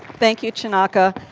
thank you chinaka.